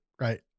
right